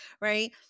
right